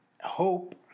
hope